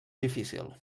difícil